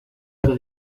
esta